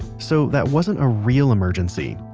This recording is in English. so, that wasn't a real emergency.